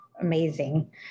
amazing